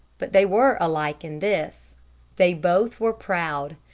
but they were alike in this they both were proud.